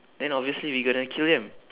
then obviously we got to kill them